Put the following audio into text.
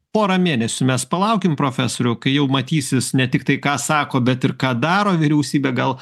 porą mėnesių mes palaukim profesoriau kai jau matysis ne tiktai ką sako bet ir ką daro vyriausybė gal